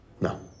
No